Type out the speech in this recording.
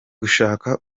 gushaka